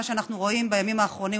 מה שאנחנו רואים בימים האחרונים,